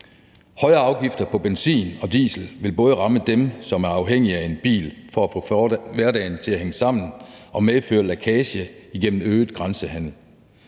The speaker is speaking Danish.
Højere afgifter på benzin og diesel vil både ramme dem, der er afhængige af en bil for at få hverdagen til at hænge sammen, og medføre lækage gennem øget grænsehandel.